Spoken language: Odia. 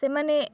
ସେମାନେ